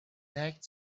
lacked